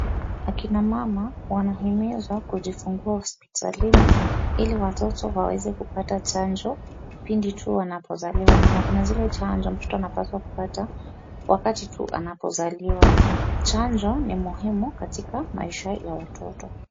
Akina mama wanahimizwa kujifungua hospitalini ili watoto waweze kupata chanjo pindi tu wanapozaliwa maana kuna zile chanjo mtoto anapaswa kupata wakati tu anapozaliwa. Chanjo ni muhimu katika maisha ya watoto.